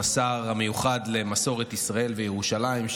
השר המיוחד למסורת ישראל וירושלים,